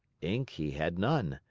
ink he had none,